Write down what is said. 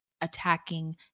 attacking